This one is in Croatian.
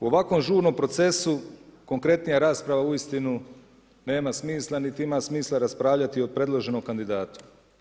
U ovakvom žurnom procesu konkretnija rasprava uistinu nema smisla, nit ima smisla raspravljati o predloženom kandidatu.